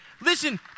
Listen